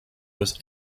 was